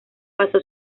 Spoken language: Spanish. pasó